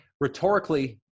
Rhetorically